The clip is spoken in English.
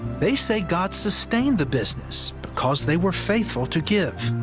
they say god sustained the business because they were faithful to give.